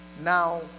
now